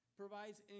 Provides